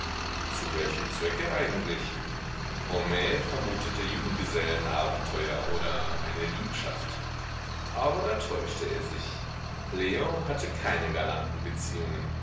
zu welchem zwecke eigentlich homais vermutete junggesellenabenteuer oder eine liebschaft aber da täuschte er sich leo hatte keine